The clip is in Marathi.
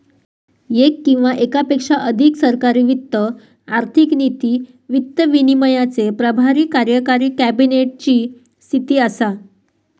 येक किंवा येकापेक्षा अधिक सरकारी वित्त आर्थिक नीती, वित्त विनियमाचे प्रभारी कार्यकारी कॅबिनेट ची स्थिती असा